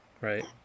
Right